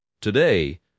Today